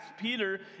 Peter